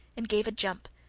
and gave a jump,